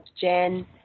jen